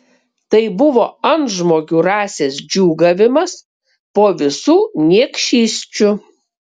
tai buvo antžmogių rasės džiūgavimas po visų niekšysčių